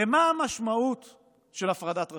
הרי מה המשמעות של הפרדת רשויות?